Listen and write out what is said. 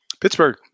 Pittsburgh